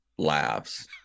laughs